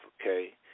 okay